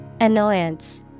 Annoyance